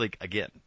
again